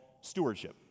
stewardship